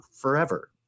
forever